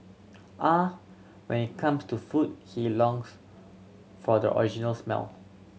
ah when it comes to food he longs for the original smell